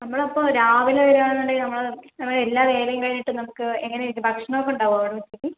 നമ്മളപ്പോൾ രാവിലെ വരികയാണെന്നുണ്ടെങ്കിൽ നമ്മൾ നമ്മളെല്ലാ വേലയും കഴിഞ്ഞിട്ട് നമുക്ക് എങ്ങനെയായിരിക്കും ഭക്ഷണമൊക്കെ ഉണ്ടാവുമോ അവിടെ ഉച്ചക്ക്